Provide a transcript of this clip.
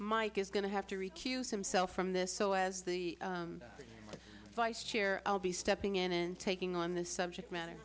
mike is going to have to recuse himself from this so as the vice chair i'll be stepping in and taking on this subject matter